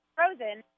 Frozen